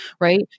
right